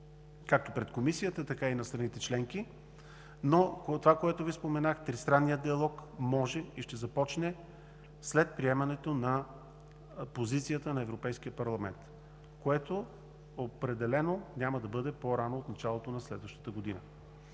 както пред Комисията, така и на страните членки. Но това, което Ви споменах – тристранният диалог може и ще започне след приемането на позицията на Европейския парламент, което определено няма да бъде по-рано от началото на следващата година.